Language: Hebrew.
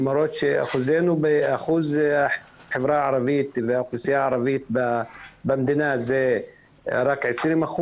למרות שאחוז החברה הערבית והאוכלוסייה הערבית במדינה הוא רק 20%,